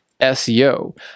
SEO